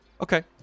okay